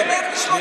אתם לא סומכים.